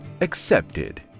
accepted